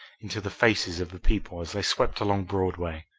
into the faces of the people as they swept along broadway.